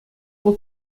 вӑл